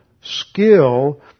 skill